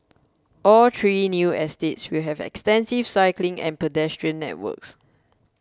all three new estates will have extensive cycling and pedestrian networks